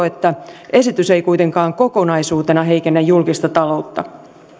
että esitys ei kuitenkaan kokonaisuutena heikennä julkista taloutta